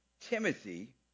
Timothy